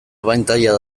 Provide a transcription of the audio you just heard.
abantaila